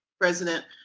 president